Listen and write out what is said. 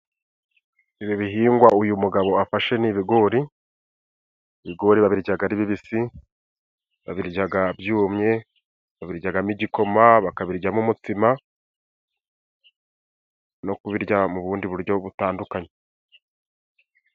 Ibi bihingwa uyu mugabo afashe n'ibigori .Ibigori ba biryaga ari bibisi, babiryaga byumye, babiryagamo igikoma, bakabiryamo umutsima no kubirya mu bundi buryo butandukanye.